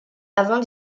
avant